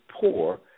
poor